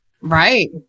right